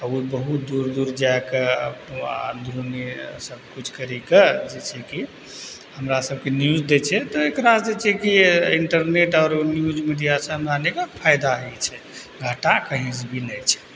उ बहुत दूर दूर जाके सबकिछु करिके जे छै कि हमरा सभके न्यूज दै छै तऽ एकरा जे छै कि इन्टरनेट आओर न्यूज मीडियासँ हमरा फायदा होइ छै घाटा कहींसँ भी नहि छै